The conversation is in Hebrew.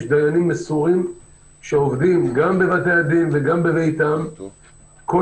יש דיינים מסורים שעובדים גם בבתי-הדין וגם בביתם כל